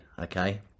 okay